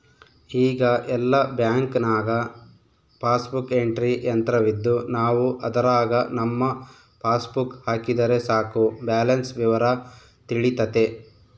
ಈಗ ಎಲ್ಲ ಬ್ಯಾಂಕ್ನಾಗ ಪಾಸ್ಬುಕ್ ಎಂಟ್ರಿ ಯಂತ್ರವಿದ್ದು ನಾವು ಅದರಾಗ ನಮ್ಮ ಪಾಸ್ಬುಕ್ ಹಾಕಿದರೆ ಸಾಕು ಬ್ಯಾಲೆನ್ಸ್ ವಿವರ ತಿಳಿತತೆ